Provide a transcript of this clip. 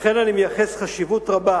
לכן אני מייחס חשיבות רבה